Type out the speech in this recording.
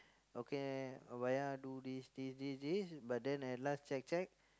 okay do this this this this but then at last check check